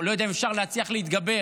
לא יודע אם אפשר להצליח להתגבר,